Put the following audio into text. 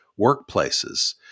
workplaces